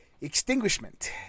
extinguishment